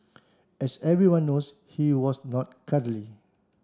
as everyone knows he was not cuddly